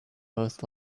both